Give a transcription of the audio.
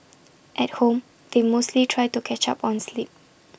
at home they mostly try to catch up on sleep